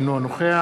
אינו נוכח